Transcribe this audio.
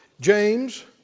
James